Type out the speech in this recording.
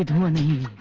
money.